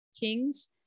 Kings